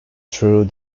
throughout